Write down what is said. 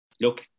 look